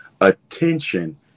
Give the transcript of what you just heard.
Attention